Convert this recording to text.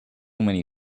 many